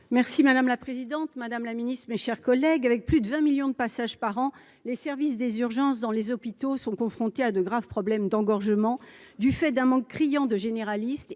Merci madame la présidente, Madame la Ministre, mes chers collègues, avec plus de 20 millions de passages par an, les services des urgences dans les hôpitaux sont confrontés à de graves problèmes d'engorgement du fait d'un manque criant de généralistes